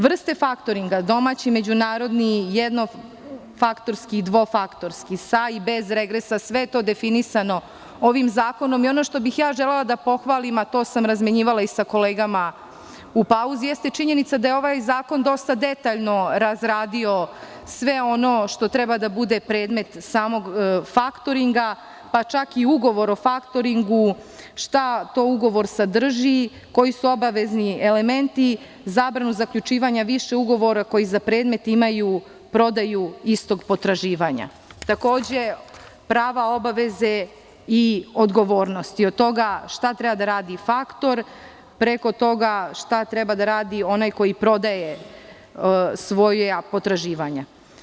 Vrste faktoringa, domaći i međunarodni, jednofaktorski i dvofaktorski, sa i bez regresa, sve je to definisano ovim zakonom i ono što bih želela da pohvalim, a to sam razmenjivala i sa kolegama u pauzi, jeste činjenica da je ovaj zakon dosta detaljno razradio sve ono što treba da bude predmet samog faktoringa, pa čak i ugovor o faktoring, šta to ugovor sadrži, koji su obavezni elementi, zabrana zaključivanja više ugovora koji za predmet imaju prodaju istog potraživanja, prava, obaveze i odgovornosti, od toga šta treba da radi faktor preko toga šta treba da radi onaj koji prodaje sva potraživanja.